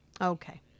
Okay